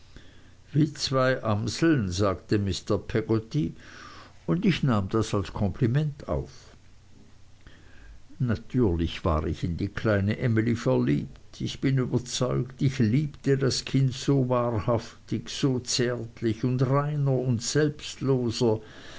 wie zwei amseln sagte mr peggotty und ich nahm das als kompliment auf natürlich war ich in die kleine emly verliebt ich bin überzeugt ich liebte das kind so wahrhaftig so zärtlich und reiner und selbstloser